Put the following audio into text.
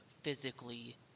physically